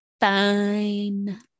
fine